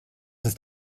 ist